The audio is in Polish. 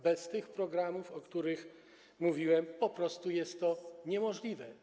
Bez tych programów, o których mówiłem, po prostu jest to niemożliwe.